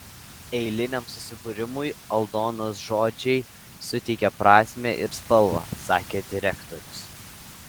eiliniam susibūrimui aldonos žodžiai suteikia prasmę ir spalvą sakė direktorius